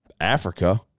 Africa –